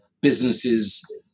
businesses